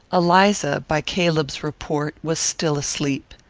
eliza, by caleb's report, was still asleep.